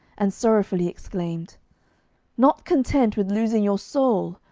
and sorrowfully exclaimed not content with losing your soul,